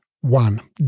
One